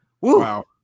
Wow